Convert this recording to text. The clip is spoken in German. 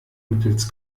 mittels